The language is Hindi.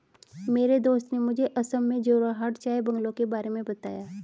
मेरे दोस्त ने मुझे असम में जोरहाट चाय बंगलों के बारे में बताया